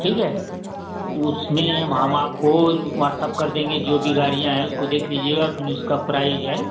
ठीक है उसमें हम आपको वाट्सअप कर देंगे जो भी गाड़ियाँ हैं उसको देख लीजिएगा फिन उसका प्राइज है